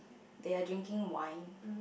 they are drinking wine